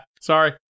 sorry